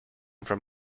from